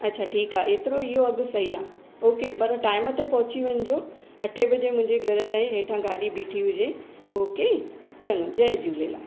अच्छा ठीकु आहे एतिरो इहो अघु सही आहे ओके पर टाइम ते पहुची वञिजो अठ वजे मुंहिंजे घर ताईं हेठा गाॾी बीठी हुजे ओके चङो जय झूलेलाल